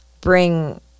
bring